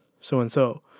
so-and-so